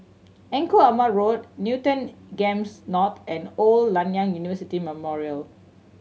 Engku Aman Road Newton Games North and Old Nanyang University Memorial